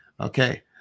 Okay